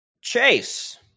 Chase